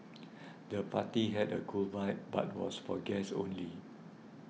the party had a cool vibe but was for guests only